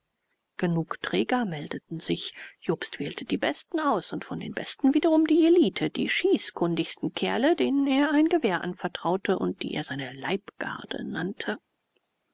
genug träger meldeten sich jobst wählte die besten aus und von den besten wiederum die elite die schießkundigsten kerle denen er ein gewehr anvertraute und die er seine leibgarde nannte